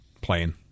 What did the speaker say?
playing